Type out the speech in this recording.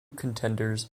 contenders